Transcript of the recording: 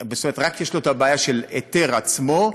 זאת אומרת, רק יש לו הבעיה של ההיתר עצמו,